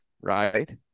right